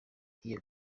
iyo